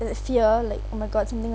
the fear like oh my god something will